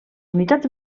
unitats